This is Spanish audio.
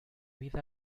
vida